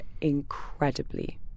incredibly